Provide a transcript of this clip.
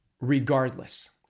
regardless